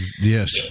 Yes